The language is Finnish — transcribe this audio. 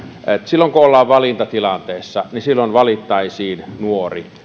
silloin kun ollaan valintatilanteessa valittaisiin nuori